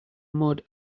mud